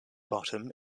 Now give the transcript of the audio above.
bottom